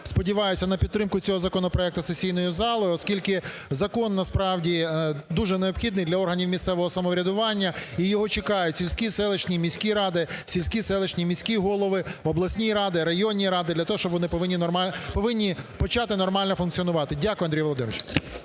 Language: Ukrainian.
сподіваюся на підтримку цього законопроекту сесійною залою, оскільки закон, насправді, дуже необхідний для органів місцевого самоврядування. І його чекають сільські, селищні, міські ради, сільські, селищні, міські голови, обласні ради, районні ради для того, що вони повинні нормально… повинні почати нормально функціонувати. Дякую, Андрій Володимировичу.